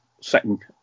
second